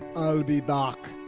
oh would be bach.